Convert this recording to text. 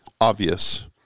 obvious